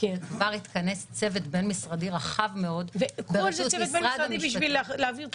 וכבר התכנס צוות בין משרדי רחב מאוד בראשות משרד המשפטים.